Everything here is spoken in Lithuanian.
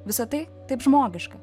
visa tai taip žmogiška